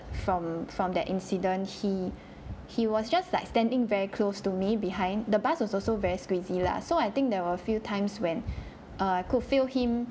from from that incident he he was just like standing very close to me behind the bus was also very squeezy lah so I think there are a few times when err I could feel him